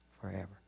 forever